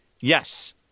yes